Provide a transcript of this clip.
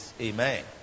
Amen